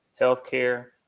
healthcare